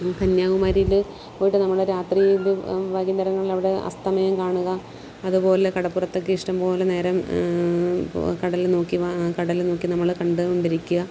കന്യാകുമാരിയില് പോയിട്ട് നമ്മള് രാത്രി ഇത് വൈകുന്നേരങ്ങളിലവിടെ അസ്തമയം കാണുക അതുപോലെ കടപ്പുറത്തൊക്കെ ഇഷ്ടംപോലെ നേരം ഇപ്പോള് കടല് നോക്കി കടല് നോക്കി നമ്മള് കണ്ടുകൊണ്ടിരിക്കുക